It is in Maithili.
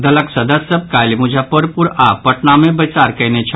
दलक सदस्य सभ काल्हि मुजफ्फपुर आओर पटना मे बैसार कयने छल